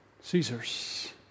Caesar's